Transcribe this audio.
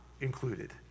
included